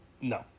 no